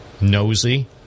Nosy